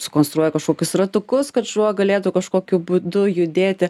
sukonstruoja kažkokius ratukus kad šuo galėtų kažkokiu būdu judėti